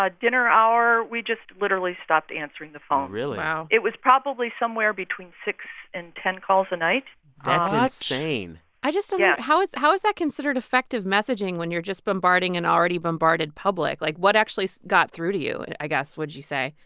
dinner hour we just literally stopped answering the phone really wow it was probably somewhere between six and ten calls a night insane i just don't. yes. how is how is that considered effective messaging when you're just bombarding an already bombarded public? like, what actually got through to you, and i guess, would you say?